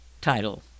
Title